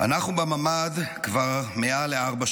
אנחנו בממ"ד כבר מעל לארבע שעות.